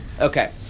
Okay